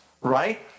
right